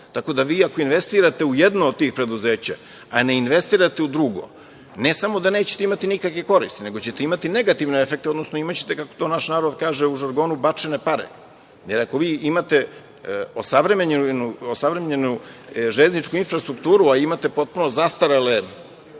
Tako da, vi ako investirate u jedno od tih preduzeća, a ne investirate u drugo, ne samo da nećete imati nikakve koristi, nego ćete imati negativne efekte, odnosno imaćete, kako to naš narod kaže u žargonu bačene pare. Jer, ako vi imate osavremenjenu železničku infrastrukturu, a imate potpuno zastarela